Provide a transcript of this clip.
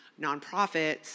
nonprofits